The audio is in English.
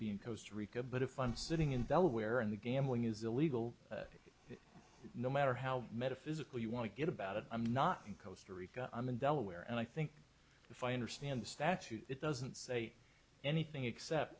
be in coast rica but if i'm sitting in delaware and the gambling is illegal no matter how metaphysical you want to get about it i'm not coaster rico i'm in delaware and i think if i understand the statute it doesn't say anything except